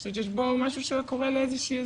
אני חושבת שיש בו משהו שהוא היה קורא לאיזושהי עזרה.